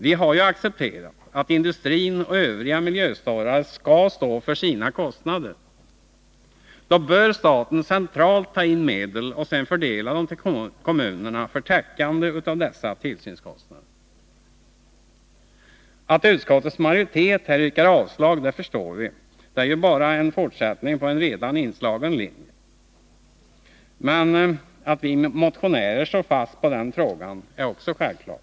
Vi har ju accepterat att industrin och övriga miljöstörare skall stå för sina kostnader. Då bör staten centralt ta in medlen och sedan fördela dem till kommunerna för täckande av deras tillsynskostnader. Att utskottets majoritet här yrkar avslag förstår vi. Man fortsätter bara på en redan inslagen linje. Men att vi motionärer står fast i denna fråga är också självklart.